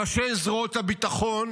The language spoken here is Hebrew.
בראשי זרועות הביטחון,